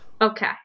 Okay